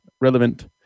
relevant